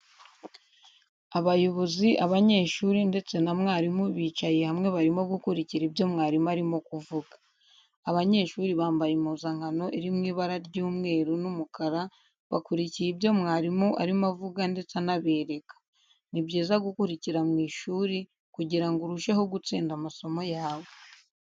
Abayobozi, abanyeshuri ndetse na mwarimu bicaye hamwe barimo gukurikira ibyo mwarimu arimo avuga. Abanyeshuri bambaye impuzankano iri mu ibara ry'umweru n'ukara bakurikiye ibyo mawrimu arimo avuga ndetse anabereka. Ni byiza gukurikira mu ishuri kugirango urusheho gutsinda amasomo yawe.